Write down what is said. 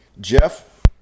Jeff